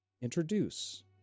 introduce